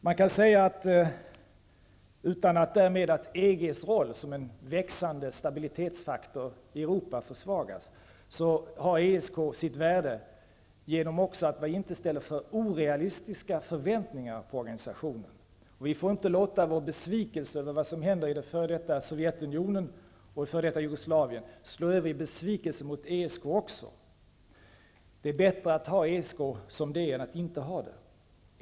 Man kan säga att utan att EG:s roll som en växande stabilitetsfaktor i Europa försvagas har ESK sitt värde genom att man inte ställer orealistiska förväntningar på organisationen. Vi får inte låta vår besvikelse över vad som händer i det f.d. Sovjetunionen och f.d. Jusgoslavien slå över i besvikelse mot ESK också. Det är bättre att ha ESK som det är än att inte ha det alls.